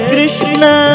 Krishna